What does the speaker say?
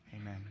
Amen